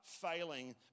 failing